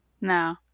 No